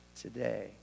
today